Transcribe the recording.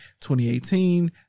2018